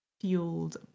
fueled